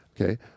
Okay